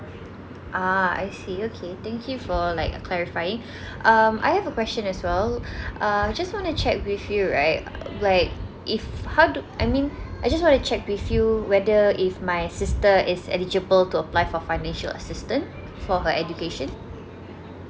ah I see okay thank you for like a clarifying um I have a question as well uh just wanna check with you right like if how do I mean I just wanna check with you whether is my sister is eligible to apply for financial assistance for her education